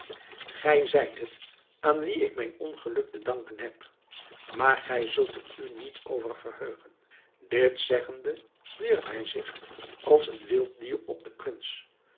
gij zijt het aan wien ik mijn ongeluk te danken heb maar gij zult er u niet over verheugen dit zeggende wierp hij zich als een wild dier op den prins